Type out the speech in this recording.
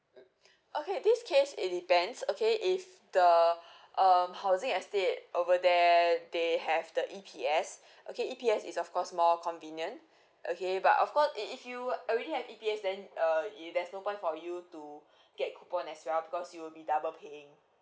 mm okay this case it depends okay if the um housing estate over there they have the E_P_S okay E_P_S is of course more convenient okay but of course if if you already have E_P_S then uh you there's no point for you to get coupon as well because you'll be double paying